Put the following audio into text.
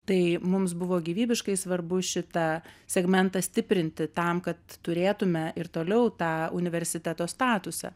tai mums buvo gyvybiškai svarbu šitą segmentą stiprinti tam kad turėtume ir toliau tą universiteto statusą